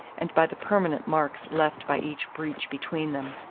and by the permanent marks left by each breach between them.